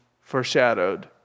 foreshadowed